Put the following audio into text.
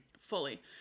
fully